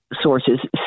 sources